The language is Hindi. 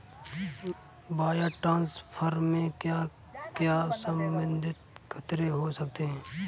वायर ट्रांसफर में क्या क्या संभावित खतरे हो सकते हैं?